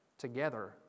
Together